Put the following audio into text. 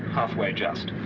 halfway, just.